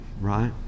right